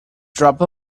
drop